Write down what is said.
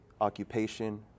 occupation